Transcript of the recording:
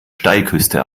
steilküste